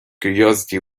curiosity